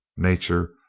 nature,